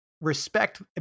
respect